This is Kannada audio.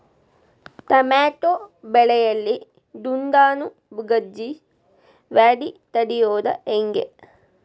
ಟಮಾಟೋ ಬೆಳೆಯಲ್ಲಿ ದುಂಡಾಣು ಗಜ್ಗಿ ವ್ಯಾಧಿ ತಡಿಯೊದ ಹೆಂಗ್?